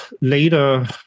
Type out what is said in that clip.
later